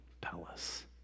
palace